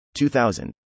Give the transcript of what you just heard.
2000